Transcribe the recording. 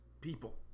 people